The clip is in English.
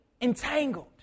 entangled